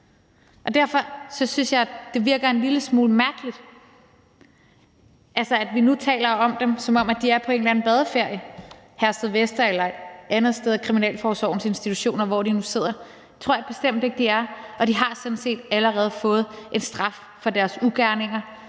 jeg, at det er en lille smule mærkeligt, at vi nu taler om dem, som om de er på en eller anden badeferie i Herstedvester Fængsel eller et andet sted, hvor de nu sidder, i kriminalforsorgens institutioner. Det tror jeg bestemt ikke de er, og de har sådan set allerede fået en straf for deres ugerninger,